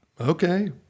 okay